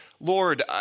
Lord